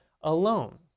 alone